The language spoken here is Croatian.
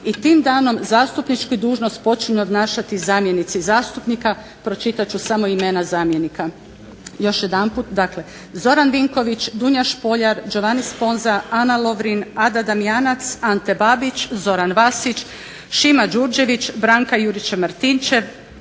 i tim danom zastupničku dužnost počinju obnašati zamjenici zastupnika, pročitat ću samo imena zamjenika. Još jedanput dakle Zoran Vinković, Dunja Špoljar, Đovani Sponza, Ana Lovrin, Ada Damjanac, Ante Babić, Zoran Vasić, Šima Đurđević, Branka Jurić Martinčev,